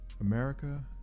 America